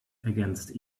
against